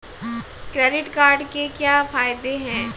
Credit card के क्या फायदे हैं?